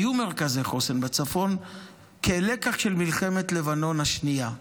היו מרכזי חוסן בצפון כלקח ממלחמת לבנון השנייה,